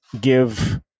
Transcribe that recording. give